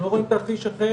כגורמים משפטיים,